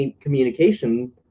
communication